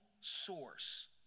source